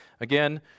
Again